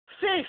fish